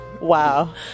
wow